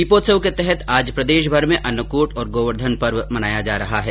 दीपोत्सव के तहत आज प्रदेशभर में अन्नकूट और गोवर्धन पर्व मनाया जा रहा है